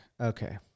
Okay